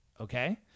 Okay